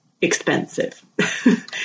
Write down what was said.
expensive